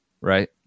right